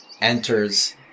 enters